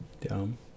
dumb